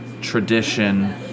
tradition